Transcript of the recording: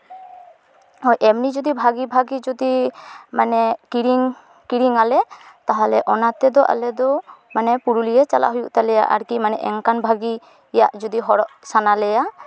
ᱮᱢᱱᱤ ᱡᱩᱫᱤ ᱵᱷᱟᱜᱮ ᱵᱷᱟᱜᱮ ᱡᱩᱫᱤ ᱢᱟᱱᱮ ᱠᱤᱨᱤᱧ ᱠᱤᱨᱤᱝᱟᱞᱮ ᱛᱟᱦᱚᱞᱮ ᱚᱱᱟᱛᱮᱫᱚ ᱟᱞᱮ ᱫᱚ ᱢᱟᱱᱮ ᱯᱩᱨᱩᱞᱤᱭᱟᱹ ᱪᱟᱞᱟᱜ ᱦᱩᱭᱩᱜ ᱛᱟᱞᱮᱭᱟ ᱟᱨᱠᱤ ᱚᱱᱠᱟᱱ ᱵᱷᱟᱜᱮᱭᱟᱜ ᱡᱩᱫᱤ ᱦᱚᱨᱚᱜ ᱥᱟᱱᱟᱞᱮᱭᱟ